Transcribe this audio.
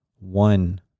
one